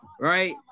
right